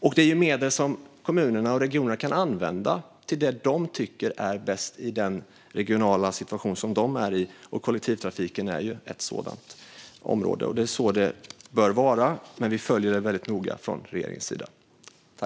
Detta är ju medel som kommunerna och regionerna kan använda till det som de tycker är bäst i den regionala situation som de befinner sig i. Kollektivtrafiken är ju ett sådant område, och det är så det bör vara. Vi följer detta väldigt noga från regeringens sida.